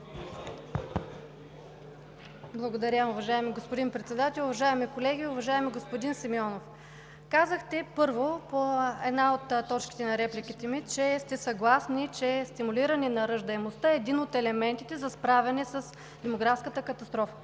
Благодаря, уважаеми господин Председател. Уважаеми колеги! Уважаеми господин Симеонов, казахте, първо, по една от точките на репликите ми, че сте съгласни, че стимулирането на раждаемостта е един от елементите за справяне с демографската катастрофа,